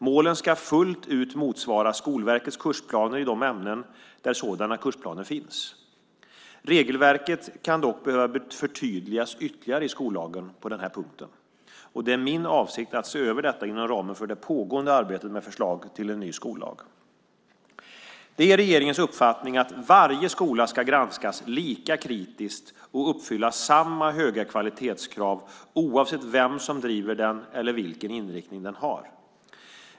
Målen ska fullt ut motsvara Skolverkets kursplaner i de ämnen där sådana finns. Regelverket kan dock behöva förtydligas ytterligare i skollagen på denna punkt. Det är min avsikt att se över detta inom ramen för det pågående arbetet med förslag till en ny skollag. Det är regeringens uppfattning att varje skola ska granskas lika kritiskt och uppfylla samma höga kvalitetskrav oavsett vem som driver den eller vilken inriktning den har.